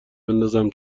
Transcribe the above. بندازم